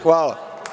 Hvala.